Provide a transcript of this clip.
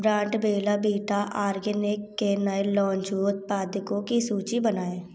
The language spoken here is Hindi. ब्रांड बेल्ला वीटा आर्गेनिक के नए लॉन्च हु उत्पादकों की सूची बनाएँ